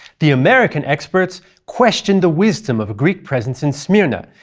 the american experts questioned the wisdom of a greek presence in smyrna,